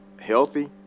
healthy